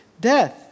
death